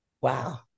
Wow